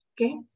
Okay